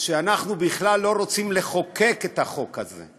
שאנחנו בכלל לא רוצים לחוקק את החוק הזה,